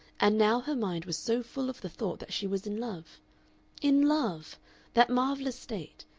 and now her mind was so full of the thought that she was in love in love that marvellous state!